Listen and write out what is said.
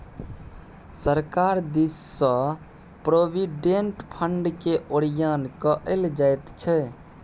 सरकार दिससँ प्रोविडेंट फंडकेँ ओरियान कएल जाइत छै